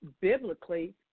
biblically